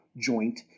joint